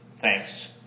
thanks